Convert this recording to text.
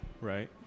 right